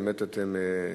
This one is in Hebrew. באמת אתם,